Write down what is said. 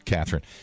Catherine